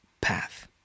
path